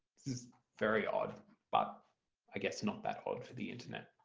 this is very odd but i guess not that odd for the internet.